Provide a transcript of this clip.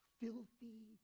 filthy